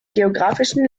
geografischen